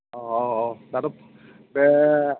औ औ औ दाथ' बे